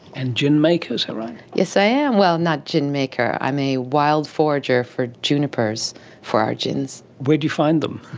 and gin maker, is that ah right? yes, i am. well, not gin maker, i'm a wild forager for junipers for our gins. where do you find them?